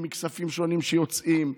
כספים, כספים שונים שיוצאים,